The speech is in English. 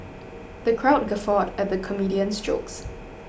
the crowd guffawed at the comedian's jokes